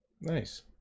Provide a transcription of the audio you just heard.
nice